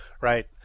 right